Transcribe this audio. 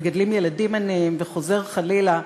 מגדלים ילדים עניים וחוזר חלילה,